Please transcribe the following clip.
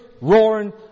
roaring